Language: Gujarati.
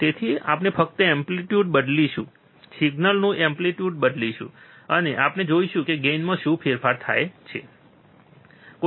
તેથી આપણે ફક્ત એમ્પ્લીટયુડ બદલીશું સિગ્નલનું એમ્પ્લીટયુડ બદલીશું અને આપણે જોઈશું કે ગેઇનમાં શું ફેરફાર છે બરાબર